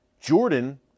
Jordan